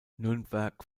nürnberg